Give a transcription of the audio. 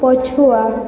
ପଛୁଆ